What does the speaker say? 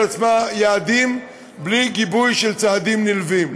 יעדים בלי גיבוי של צעדים נלווים.